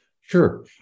Sure